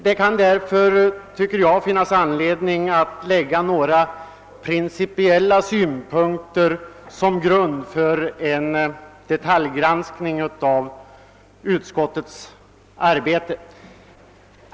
Det kan därför finnas anledning att lägga några principiella synpunkter till grund för en detaljgranskning av utskottets arbete.